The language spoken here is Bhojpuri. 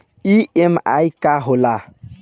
ई.एम.आई का होला?